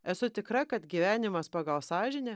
esu tikra kad gyvenimas pagal sąžinę